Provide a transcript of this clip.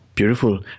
Beautiful